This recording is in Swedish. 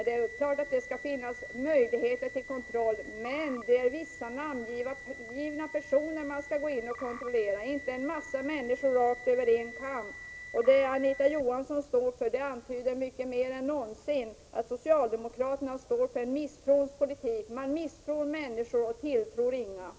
Det är klart att det skall finnas möjligheter till kontroll. Men det är vissa namngivna personer man skall gå in och kontrollera — man skall inte skära alla människor över en kam. Och vad Anita Johansson säger, det visar mer än någonsin att socialdemokraterna står för en misstrons politik. Man misstror människorna och tilltror dem ingenting.